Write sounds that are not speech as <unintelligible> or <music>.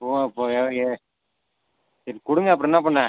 <unintelligible> சரி கொடுங்க அப்பறம் என்னப் பண்ண